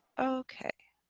okay